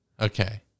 Okay